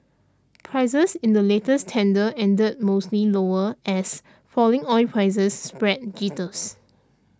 prices in the latest tender ended mostly lower as falling oil prices spread jitters